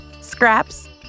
Scraps